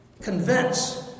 convince